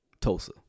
Tulsa